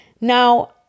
now